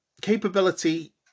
Capability